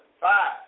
Five